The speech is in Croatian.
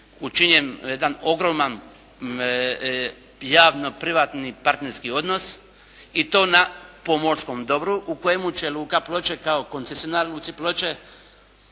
učinjen jedan ogroman javno privatni partnerski odnos i to na pomorskom dobru u kojemu će Luka Ploče kao koncesionar luci Ploče